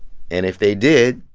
and if they did,